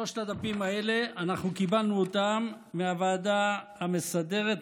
את שלושת הדפים האלה אנחנו קיבלנו מהוועדה המסדרת,